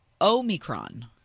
Omicron